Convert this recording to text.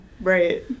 Right